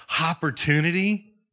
opportunity